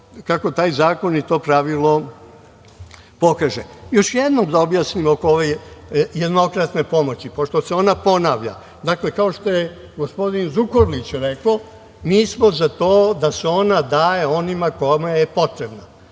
kako taj zakon i to pravilo pokaže. Još jednom da objasnim oko ove jednokratne pomoći, pošto se ona ponavlja. Dakle, kao što je gospodin Zukorlić rekao, mi smo za to da se ona daje onima kome je potrebna,